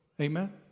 Amen